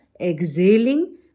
exhaling